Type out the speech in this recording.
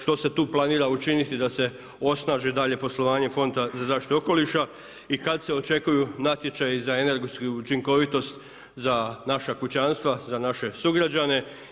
Što se tu planira učiniti da se osnaži dalje poslovanje Fonda za zaštitu okoliša i kad se očekuju natječaji za energetsku učinkovitost, za naša kućanstva, za naše sugrađane.